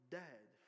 dead